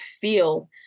feel